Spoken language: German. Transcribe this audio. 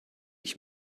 ich